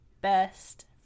best